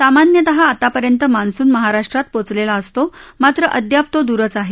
सामन्यतः आतापर्यंत मान्सून महाराष्ट्रात पोचलेला असतो मात्र अद्याप तो दूरच आहे